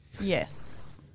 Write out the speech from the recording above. yes